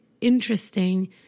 interesting